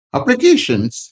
Applications